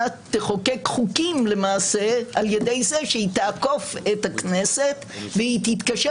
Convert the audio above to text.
תחוקק חוקים על ידי זה שהיא תעקוף את הכנסת והיא תתקשר